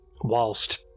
Whilst